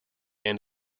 end